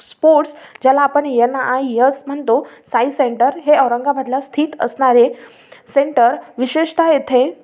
sports ज्याला आपण NIS म्हणतो साई सेंटर हे औरंगाबादला स्थित असणारे सेंटर विशेषत येथे